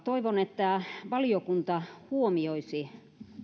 toivon että valiokunta huomioisi